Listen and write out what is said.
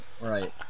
Right